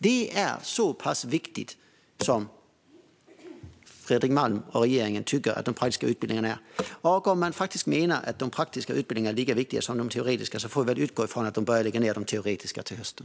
De praktiska utbildningarna är så viktiga som Fredrik Malm och regeringen tycker. Om man menar att de praktiska utbildningarna är lika viktiga som de teoretiska får vi väl utgå från att de börjar lägga ned de teoretiska till hösten.